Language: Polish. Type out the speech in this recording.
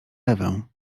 ewę